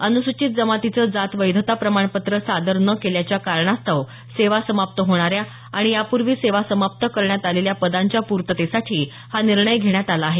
अनुसूचित जमातीचं जात वैधता प्रमाणपत्र सादर न केल्याच्या कारणास्तव सेवा समाप्त होणाऱ्या आणि यापूर्वी सेवा समाप्त करण्यात आलेल्या पदांच्या पूर्ततेसाठी हा निर्णय घेण्यात आला आहे